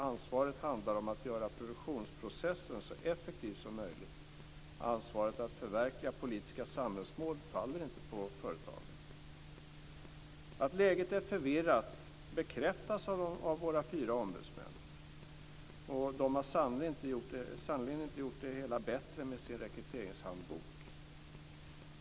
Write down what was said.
Ansvaret handlar om att göra produktionsprocessen så effektiv som möjligt. Ansvaret att förverkliga politiska samhällsmål faller inte på företagen. Att läget är förvirrat bekräftas av våra fyra ombudsmän. De har sannerligen inte gjort det hela bättre med sin rekryteringshandbok.